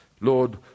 Lord